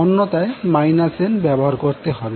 অন্যথায় nব্যবহার করতে হবে